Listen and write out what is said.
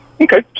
Okay